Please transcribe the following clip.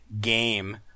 game